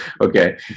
Okay